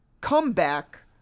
comeback